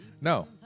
No